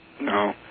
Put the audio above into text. No